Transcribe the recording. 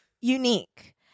unique